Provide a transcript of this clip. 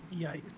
Yikes